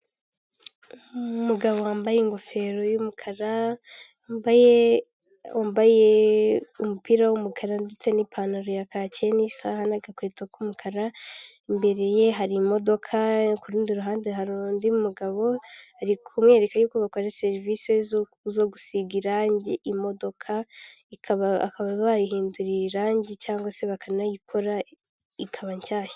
Inyandiko ibaza umusoro ku nyungu z'ubukode ni iki? umusoro ku nyungu z'ubukode ni umusoro ucibwa ku nyungu umuntu ku giti cye cyangwa undi muntu wese utishyura umusoro ku nyungu z'amasosiyete abona ziturutse ku bukode bw'umutungo utimukanwa uri mu Rwanda hakaba hasi hariho imyirondoro wabonaho abashinzwe imisoro namahoro mu Rwanda.